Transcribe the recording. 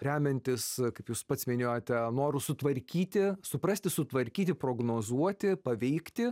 remiantis kaip jūs pats minėjote noru sutvarkyti suprasti sutvarkyti prognozuoti paveikti